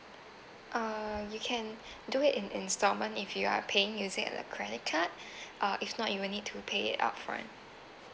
uh you can do it in instalment if you are paying using uh like credit card uh if not you will need to pay upfront